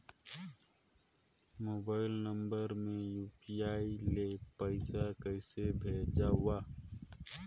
Mobile number मे UPI ले पइसा कइसे भेजवं?